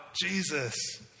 Jesus